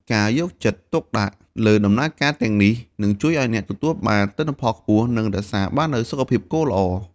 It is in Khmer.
ការយកចិត្តទុកដាក់លើដំណើរការទាំងនេះនឹងជួយឱ្យអ្នកទទួលបានទិន្នផលខ្ពស់ និងរក្សាបាននូវសុខភាពគោល្អ។